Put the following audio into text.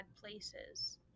places